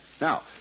Now